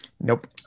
Nope